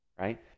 right